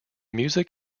music